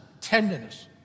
tenderness